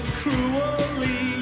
cruelly